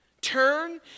Turn